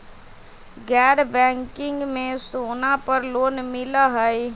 गैर बैंकिंग में सोना पर लोन मिलहई?